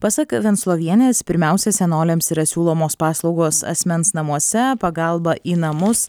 pasak venclovienės pirmiausia senoliams yra siūlomos paslaugos asmens namuose pagalba į namus